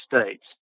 States